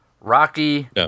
Rocky